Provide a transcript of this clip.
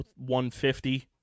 150